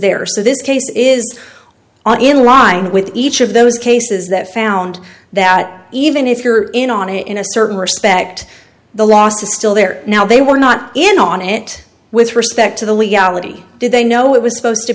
there so this case is in line with each of those cases that found that even if you're in on it in a certain respect the last is still there now they were not in on it with respect to the legality did they know it was supposed to